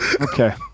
Okay